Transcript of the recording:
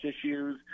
issues